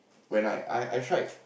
when I I I tried